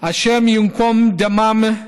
השם ייקום דמם.